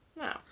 No